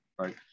right